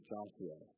Joshua